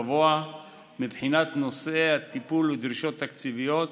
מבחינת נושאי הטיפול והדרישות התקציביות,